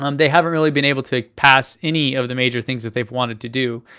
um they haven't really been able to pass any of the major things that they wanted to do.